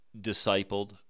discipled